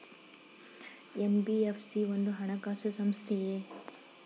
NBFC ಒಂದು ಹಣಕಾಸು ಸಂಸ್ಥೆಯೇ?